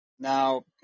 Now